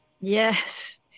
Yes